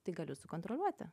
tai galiu sukontroliuoti